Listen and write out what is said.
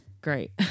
Great